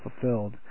fulfilled